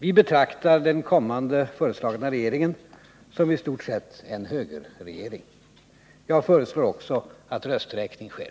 Vi betraktar den kommande föreslagna regeringen som i stort sett en högerregering. Jag föreslår också att rösträkning sker.